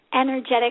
energetic